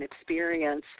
experience